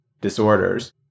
disorders